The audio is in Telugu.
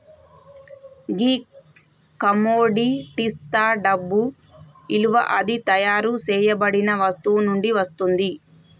గీ కమొడిటిస్తా డబ్బు ఇలువ అది తయారు సేయబడిన వస్తువు నుండి వస్తుంది